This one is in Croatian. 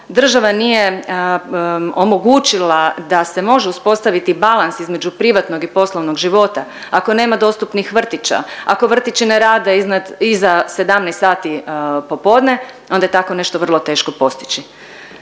država nije omogućila da se može uspostaviti balans između privatnog i poslovnog života, ako nema dostupnih vrtića, ako vrtići ne rade iznad, iza 17 sati popodne onda je tako nešto vrlo teško postići.